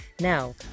Now